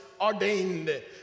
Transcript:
ordained